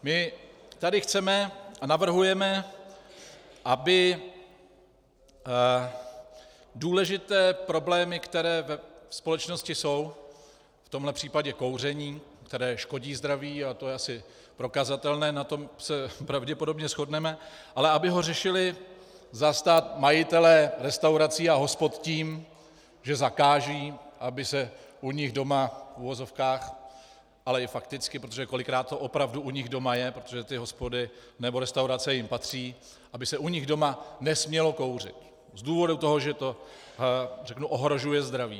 My tady chceme a navrhujeme, aby důležité problémy, které ve společnosti jsou, v tomhle případě kouření, které škodí zdraví, a to je asi prokazatelné, na tom se pravděpodobně shodneme, ale aby ho řešili za stát majitelé restaurací a hospod tím, že zakážou, aby se u nich doma v uvozovkách, ale i fakticky, protože kolikrát to opravdu u nich doma je, protože ty hospody nebo restaurace jim patří, aby se u nich doma nesmělo kouřit z důvodu toho, že to ohrožuje zdraví.